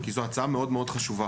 כי זו הצעה מאוד-מאוד חשובה.